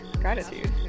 gratitude